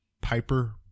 Piper